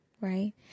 right